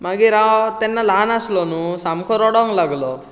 मागीर हांव तेन्ना ल्हान आसलो न्हू सामको रडोंक लागलो